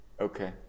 Okay